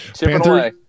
Panther